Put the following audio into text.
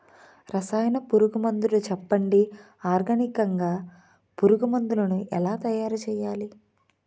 రసాయన పురుగు మందులు చెప్పండి? ఆర్గనికంగ పురుగు మందులను ఎలా తయారు చేయాలి?